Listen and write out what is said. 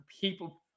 people